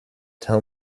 tell